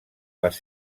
les